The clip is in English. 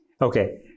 Okay